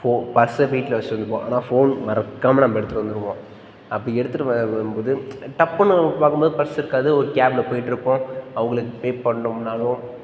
இப்போது பர்ஸை வீட்டில் வெச்சுட்டு வந்திருப்போம் ஆனால் ஃபோன் மறக்காமல் நம்ம எடுத்துகிட்டு வந்துடுவோம் அப்படி எடுத்துகிட்டு வ வரும் போது டப்புன்னு பார்க்கும் போது பர்ஸ் இருக்காது ஒரு கேப்பில் போய்கிட்ருப்போம் அவங்களுக்கு பே பண்ணணும்னாலும்